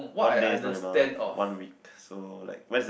one day is not enough one week so like where's the